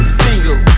single